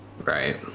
right